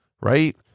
right